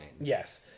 Yes